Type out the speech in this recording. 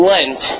Lent